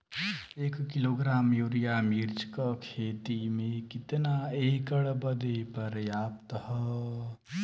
एक kilogram urea मिर्च क खेती में कितना एकड़ बदे पर्याप्त ह?